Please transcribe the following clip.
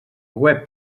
web